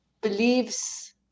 believes